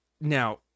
Now